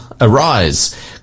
Arise